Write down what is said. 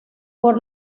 por